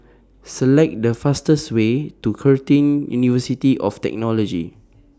Select The fastest Way to Curtin University of Technology